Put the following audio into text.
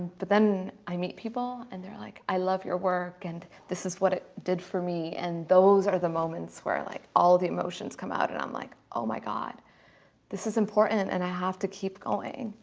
but then i meet people and they're like, i love your work and this is what it did for me and those are the moments where i like all the emotions come out and i'm like, oh my god this is important and i have to keep going.